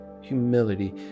humility